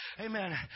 Amen